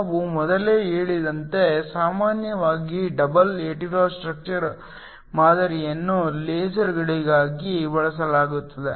ನಾವು ಮೊದಲೇ ಹೇಳಿದಂತೆ ಸಾಮಾನ್ಯವಾಗಿ ಡಬಲ್ ಹೆಟೆರೊ ಸ್ಟ್ರಕ್ಚರ್ ಮಾದರಿಯನ್ನು ಲೇಸರ್ಗಳಿಗಾಗಿ ಬಳಸಲಾಗುತ್ತದೆ